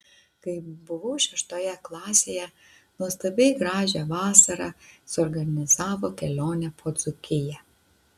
kai buvau šeštoje klasėje nuostabiai gražią vasarą suorganizavo kelionę po dzūkiją